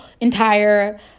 entire